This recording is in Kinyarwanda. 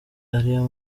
ariyo